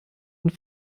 und